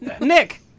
Nick